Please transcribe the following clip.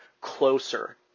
closer